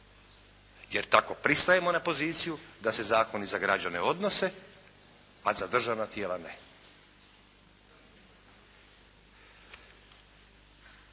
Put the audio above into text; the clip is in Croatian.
jer tako pristajemo na poziciju da se zakoni za građane odnose a za državna tijela ne.